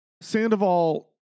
Sandoval